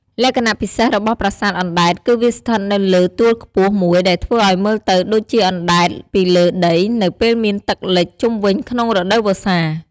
លក្ខណៈពិសេសរបស់ប្រាសាទអណ្ដែតគឺវាស្ថិតនៅលើទួលខ្ពស់មួយដែលធ្វើឲ្យមើលទៅដូចជាអណ្ដែតពីលើដីនៅពេលមានទឹកលិចជុំវិញក្នុងរដូវវស្សា។